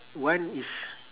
one is